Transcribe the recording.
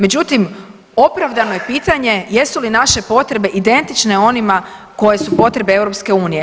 Međutim, opravdano je pitanje jesu li naše potrebe identične onima koje su potrebe EU.